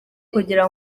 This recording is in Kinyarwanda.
kugira